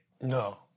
No